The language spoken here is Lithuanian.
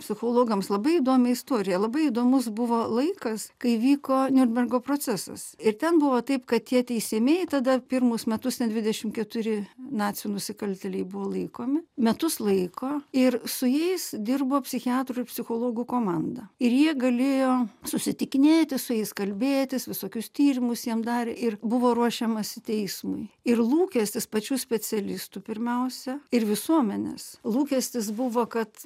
psichologams labai įdomią istoriją labai įdomus buvo laikas kai vyko niurnbergo procesas ir ten buvo taip kad tie teisiamieji tada pirmus metus ten dvidešim keturi nacių nusikaltėliai buvo laikomi metus laiko ir su jais dirbo psichiatrų ir psichologų komanda ir jie galėjo susitikinėti su jais kalbėtis visokius tyrimus jiem darė ir buvo ruošiamasi teismui ir lūkestis pačių specialistų pirmiausia ir visuomenės lūkestis buvo kad